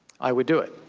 i would do it.